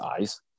eyes